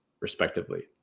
respectively